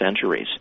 centuries